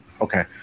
Okay